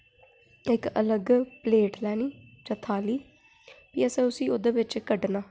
इक अलग प्लेट लैनी जां थाली भी असें उसी ओह्दे बिच कड्ढना